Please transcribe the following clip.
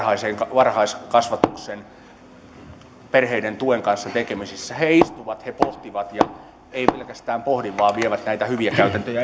varhaiskasvatuksen perheiden tuen kanssa tekemisissä istuvat ja pohtivat ja eivät pelkästään pohdi vaan vievät näitä hyviä käytäntöjä